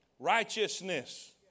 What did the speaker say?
righteousness